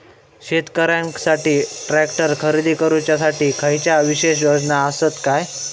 शेतकऱ्यांकसाठी ट्रॅक्टर खरेदी करुच्या साठी खयच्या विशेष योजना असात काय?